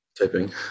typing